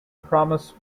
promise